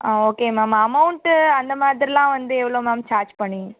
ஆ okay ma'am amount அந்த மாதிரிலாம் வந்து எவ்வளோ மேம் சார்ஜ் பண்ணுவிங்க